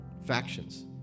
factions